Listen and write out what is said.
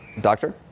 Doctor